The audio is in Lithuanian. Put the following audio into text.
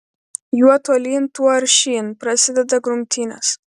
juo tolyn tuo aršyn prasideda grumtynės